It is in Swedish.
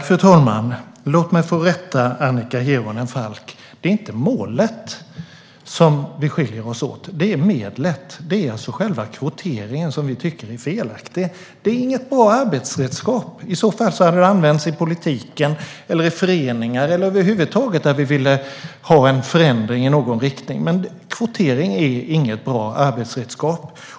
Fru talman! Låt mig få rätta Annika Hirvonen Falk: Det är inte målet som skiljer oss åt, det är medlet. Det är alltså själva kvoteringen som vi tycker är felaktig. Det är inget bra arbetsredskap. I så fall hade det använts i politiken, i föreningar eller över huvud taget där vi ville ha en förändring i någon riktning.